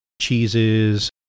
cheeses